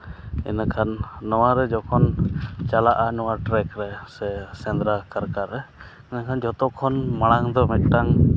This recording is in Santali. ᱤᱱᱟᱹ ᱠᱷᱟᱱ ᱱᱚᱣᱟ ᱨᱮ ᱡᱚᱠᱷᱚᱱ ᱪᱟᱞᱟᱜᱼᱟ ᱱᱚᱣᱟ ᱴᱨᱮᱠ ᱨᱮ ᱥᱮ ᱥᱮᱸᱫᱽᱨᱟ ᱠᱟᱨᱠᱟ ᱨᱮ ᱤᱱᱟᱹ ᱠᱷᱟᱱ ᱡᱚᱛᱚ ᱠᱷᱚᱱ ᱢᱟᱲᱟᱝ ᱫᱚ ᱢᱤᱫᱴᱟᱝ